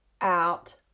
out